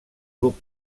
grup